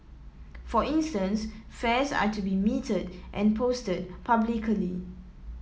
for instance fares are to be metered and posted publicly